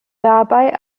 dabei